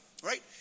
right